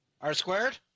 R-squared